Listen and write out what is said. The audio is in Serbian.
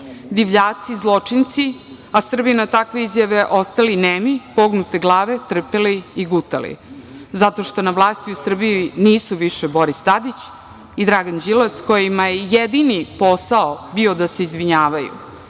divljaci, zločinci, a Srbi na takve izjave ostali nemi, pognute glave, trpeli i gutali zato što na vlasti u Srbiji nisu više Boris Tadić i Dragan Đilas kojima je jedini posao bio da se izvinjavaju,